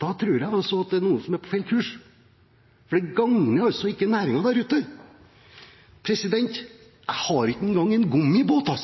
tror jeg noen er på feil kurs. For det gagner ikke næringen der ute. Jeg har ikke en gang en